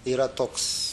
yra toks